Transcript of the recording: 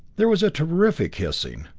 there was a terrific hissing,